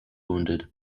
wounded